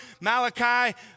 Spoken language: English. Malachi